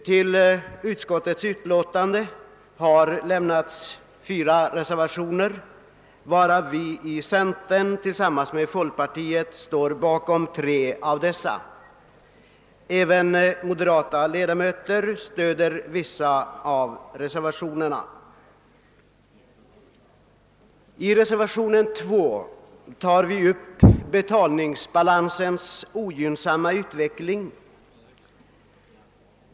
Till utskottets utlåtande har fogats fyra motiverade reservationer, och vi i centern står tillsammans med folkpartiet bakom tre av dessa. även moderata ledamöter stöder vissa av reservationerna. I reservationen 2 tar vi upp betalningsbalansens ogynnsamma utveckling.